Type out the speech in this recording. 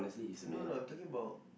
no no I'm talking about